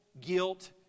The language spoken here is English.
guilt